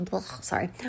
sorry